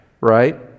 right